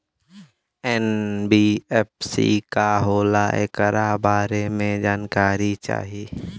NBFC का होला ऐकरा बारे मे जानकारी चाही?